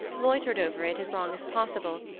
loitered over it as long as possible,